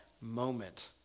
moment